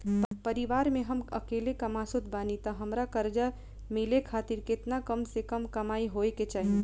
परिवार में हम अकेले कमासुत बानी त हमरा कर्जा मिले खातिर केतना कम से कम कमाई होए के चाही?